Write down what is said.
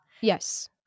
Yes